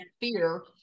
fear